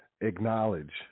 acknowledge